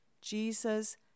Jesus